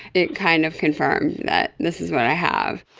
it kind of confirmed that this is what i have.